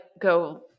go